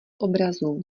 obrazů